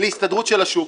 להסדרה של השוק.